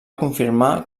confirmar